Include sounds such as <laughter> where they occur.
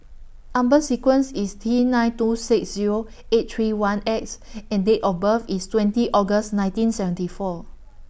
Number sequence IS T nine two six Zero <noise> eight three one X <noise> and Date of birth IS twenty August nineteen seventy four